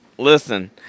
Listen